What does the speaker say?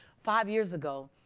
five years ago,